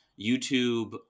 YouTube